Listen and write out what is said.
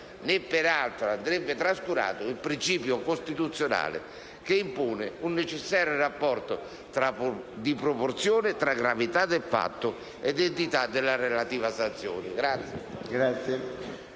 Né, peraltro, andrebbe trascurato il principio costituzionale che impone un necessario rapporto di proporzione tra gravità del fatto ed entità della relativa sanzione».